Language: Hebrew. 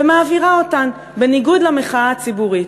ומעבירה אותן בניגוד למחאה הציבורית.